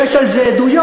ויש על זה עדויות,